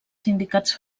sindicats